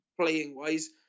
playing-wise